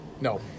No